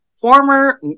former